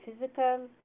physical